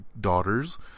daughters